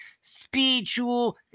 spiritual